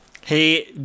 Hey